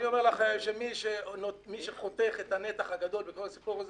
אני אומר לך שמי שחותך את הנתח הגדול בכל הסיפור הם